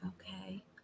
Okay